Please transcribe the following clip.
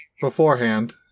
beforehand